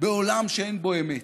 בעולם שאין בו אמת.